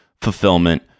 fulfillment